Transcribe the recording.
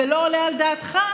ולא עולה על דעתך,